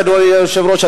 אדוני היושב-ראש,